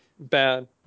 Bad